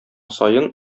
саен